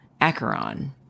Acheron